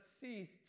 cease